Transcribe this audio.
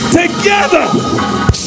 together